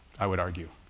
i would argue.